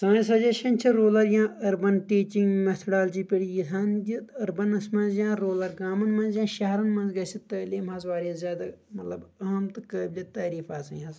سٲنۍ سجشن چھِ روٗرَل یا أربن ٹیٖچنٛگ میتھڈالجی پٮ۪تھ یہِ زِ أربنس منٛز یا روٗرَل گامن منٛز یا شہرن منٛز گژھِ تعلیٖم حظ واریاہ زیادٕ مطلب اہم تہٕ قٲبل تعریٖف آسٕنۍ حظ